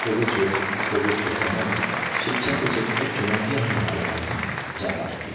Covid क्षेत्र में Covid के समय में शिक्षा के क्षेत्र में चुनौतियाँ ही हमारे सामने ज़्यादा आई हैं